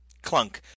Clunk